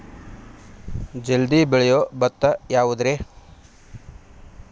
ಜಲ್ದಿ ಬೆಳಿಯೊ ಭತ್ತ ಯಾವುದ್ರೇ?